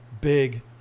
big